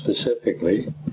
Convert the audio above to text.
specifically